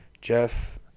Jeff